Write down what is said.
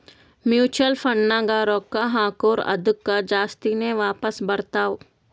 mutual ಫಂಡ್ನಾಗ್ ರೊಕ್ಕಾ ಹಾಕುರ್ ಅದ್ದುಕ ಜಾಸ್ತಿನೇ ವಾಪಾಸ್ ಬರ್ತಾವ್